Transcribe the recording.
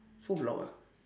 so loud ah